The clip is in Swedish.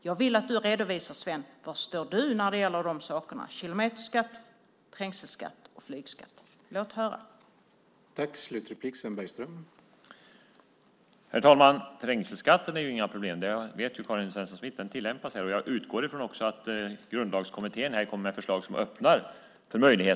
Jag vill att du, Sven, redovisar var du står när det gäller kilometerskatt, trängselskatt och flygskatt. Låt oss höra det!